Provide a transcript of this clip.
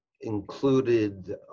included